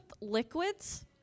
liquids